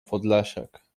podlasiak